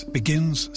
begins